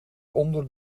onder